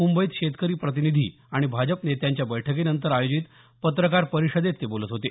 मुंबईत शेतकरी प्रतिनिधी आणि भाजप नेत्यांच्या बैठकीनंतर आयोजित पत्रकार परिषदेत ते बोलत होते